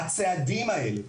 הצעדים האלה,